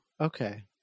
Okay